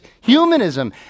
humanism